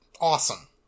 awesome